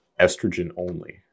estrogen-only